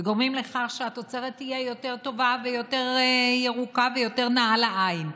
וגורמים לכך שהתוצרת תהיה יותר טובה ויותר ירוקה ויותר נאה לעין.